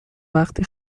وقتی